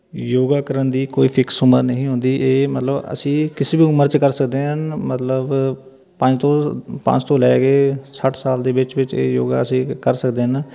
ਯੋਗਾ ਕਰਨ ਦੀ ਕੋਈ ਫਿਕਸ ਉਮਰ ਨਹੀਂ ਹੁੰਦੀ ਇਹ ਮਤਲਬ ਅਸੀਂ ਕਿਸੇ ਵੀ ਉਮਰ 'ਚ ਕਰ ਸਕਦੇ ਹਨ ਮਤਲਬ ਪੰਜ ਤੋਂ ਪੰਜ ਤੋਂ ਲੈ ਕੇ ਸੱਠ ਸਾਲ ਦੇ ਵਿੱਚ ਵਿੱਚ ਇਹ ਯੋਗਾ ਅਸੀਂ ਕਰ ਸਕਦੇ ਹਨ